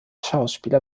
schauspieler